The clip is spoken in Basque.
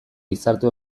gizarte